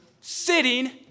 sitting